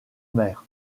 mer